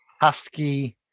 husky